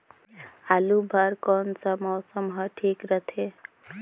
आलू बार कौन सा मौसम ह ठीक रथे?